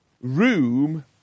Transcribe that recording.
room